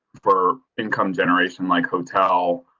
for income generation, like hotel,